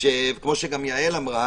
כמו שגם גאל אמרה